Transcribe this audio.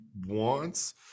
wants